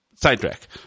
sidetrack